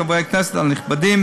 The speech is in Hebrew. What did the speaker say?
חברי הכנסת הנכבדים,